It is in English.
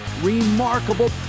remarkable